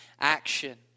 action